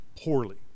poorly